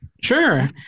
Sure